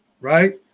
Right